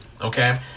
Okay